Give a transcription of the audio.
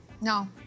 no